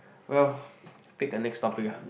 well you pick the next topic ah